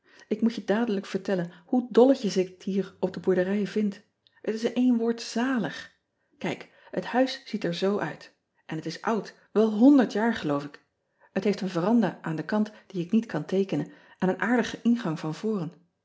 k moet je dadelijk vertellen hoe dolletjes ik het hier op de boerderij vind et is in één woord zalig ijk het huis ziet er zoo uit en het is oud wel honderd jaar geloof ik et heeft een ean ebster adertje angbeen varanda aan den kant dien ik niet kan teekenen en een aardige ingang van voren